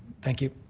thank you.